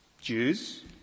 Jews